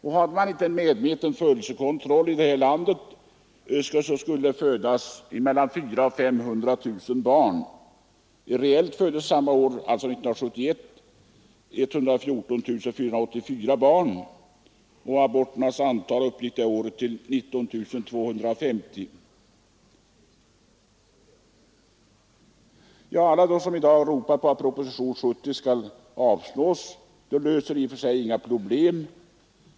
Begagnade man inte här i landet en medveten födelsekontroll, skulle det födas mellan 400 000 och 500 000 barn varje år. 1971 föddes reellt 114 484 barn. Aborternas antal uppgick detta år till 19 250. Alla de som i dag ropar på att propositionen 70 skall avslås bör betänka att man därmed inte löser några problem.